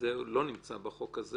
שזה לא נמצא בחוק הזה